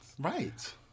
right